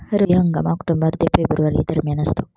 रब्बी हंगाम ऑक्टोबर ते फेब्रुवारी दरम्यान असतो